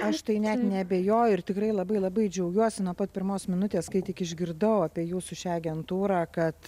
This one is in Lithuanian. aš tai net neabejoju ir tikrai labai labai džiaugiuosi nuo pat pirmos minutės kai tik išgirdau apie jūsų šią agentūrą kad